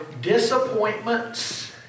disappointments